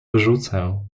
wyrzucę